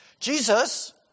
Jesus